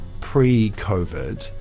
pre-COVID